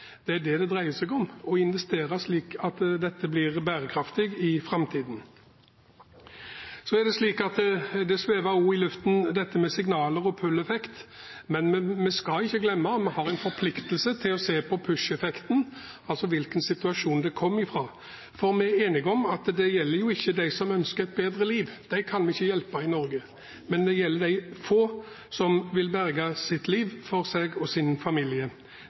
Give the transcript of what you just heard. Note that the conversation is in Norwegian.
Det er det det dreier seg om, å investere slik at dette blir bærekraftig i framtiden. Dette med signaler om «pull-effekt» svever også i luften, men vi skal ikke glemme at vi har en forpliktelse til å se på «push-effekten», altså hvilken situasjon de kom ifra. For vi er enige om at dette ikke gjelder dem som ønsker et bedre liv, dem kan vi ikke hjelpe i Norge, men det gjelder de få som vil berge sitt liv for seg og sin familie.